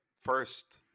first